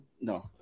no